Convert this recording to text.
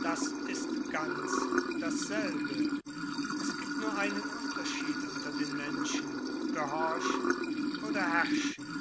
das ist ganz dasselbe es gibt nur einen unterschied unter den menschen gehorchen oder herrschen